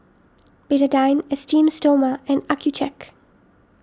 Betadine Esteem Stoma and Accucheck